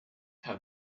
have